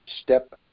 step